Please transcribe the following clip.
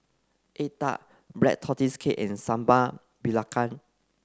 egg tart black tortoise cake and Sambal Belacan